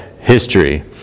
history